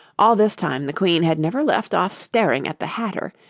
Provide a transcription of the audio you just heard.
all this time the queen had never left off staring at the hatter,